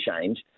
change